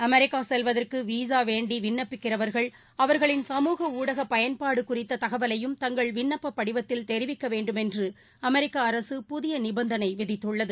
America செல்வதற்கு visa வேண்டி விண்ணப்பிக்கிறவா்கள் அவா்களின் சமூகஊடக பயன்பாடு குறித்த தகவலையும் தங்கள் விண்ணப்ப படிவத்தில் தெரிவிக்க வேண்டும் என்று அமெரிக்க அரசு புதிய நிபந்தனை விதித்துள்ளது